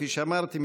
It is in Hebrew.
כפי שאמרתי,